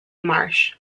marsh